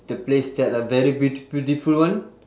the place that are very beauti~ beautiful [one]